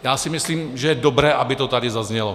Já si myslím, že je dobré, aby to tady zaznělo.